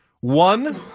One